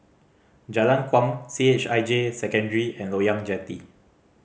Jalan Kuang C H I J Secondary and Loyang Jetty